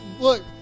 look